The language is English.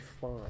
fine